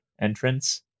entrance